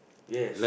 yes